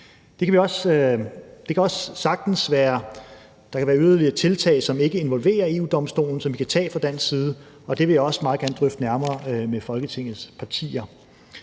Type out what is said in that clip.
være, at der kan være yderligere tiltag, som ikke involverer EU-Domstolen, og som vi kan tage fra dansk side, og det vil jeg også meget gerne drøfte nærmere med Folketingets partier.